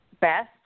best